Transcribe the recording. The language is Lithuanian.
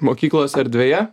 mokyklos erdvėje